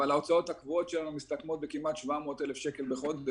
אבל ההוצאות שלנו הקבועות שלנו מסתכמות בכמעט 700,000 שקל בחודש